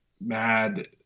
mad